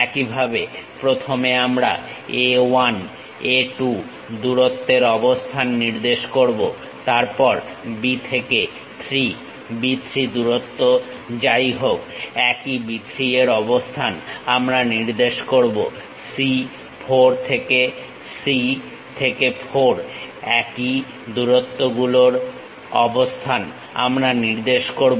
একইভাবে প্রথমে আমরা A 1 A 2 দূরত্বের অবস্থান নির্দেশ করব তারপর B থেকে 3 B 3 দূরত্ব যাই হোক একই B 3 এর অবস্থান আমরা নির্দেশ করব C 4 থেকে C থেকে 4 একই দূরত্ব গুলোর অবস্থান আমরা নির্দেশ করব